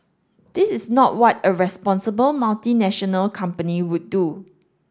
this is not what a responsible multinational company would do